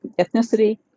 ethnicity